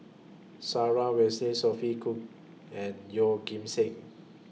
Sarah Winstedt Sophia Cooke and Yeoh Ghim Seng